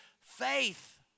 faith